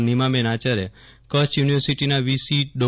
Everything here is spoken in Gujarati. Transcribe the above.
નીમાબેન આચાર્યકચ્છ યુનિવર્સિટીના વીસી ડો